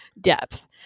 depth